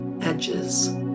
edges